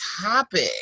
topic